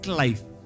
life